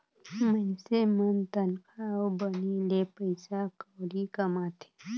मइनसे मन तनखा अउ बनी ले पइसा कउड़ी कमाथें